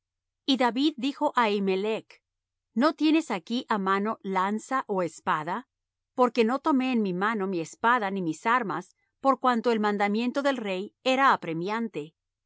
y david dijo á ahimelech no tienes aquí á mano lanza ó espada porque no tomé en mi mano mi espada ni mis armas por cuanto el mandamiento del rey era apremiante